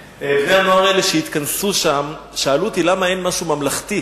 בני-הנוער שהתכנסו שם שאלו אותי: למה אין משהו ממלכתי?